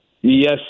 Yes